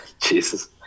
Jesus